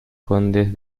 condes